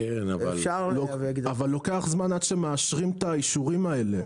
כן, אבל לוקח זמן עד שמאשרים את האישורים האלה.